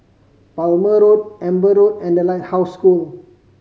Palmer Road Amber Road and The Lighthouse School